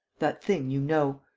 that thing you know.